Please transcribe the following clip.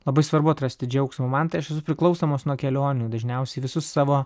labai svarbu atrasti džiaugsmo man tai aš esu priklausomas nuo kelionių dažniausiai visus savo